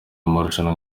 amarushanwa